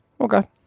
Okay